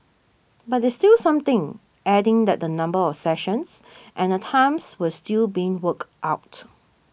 but it's still something adding that the number of sessions and the times were still being worked out